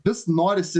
vis norisi